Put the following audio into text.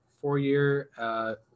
Four-year